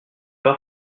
pas